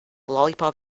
lollipop